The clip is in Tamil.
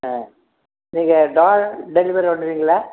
ஆ நீங்கள் டோர் டெலிவரி பண்ணுவீங்களா